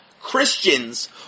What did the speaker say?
Christians